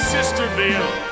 Sisterville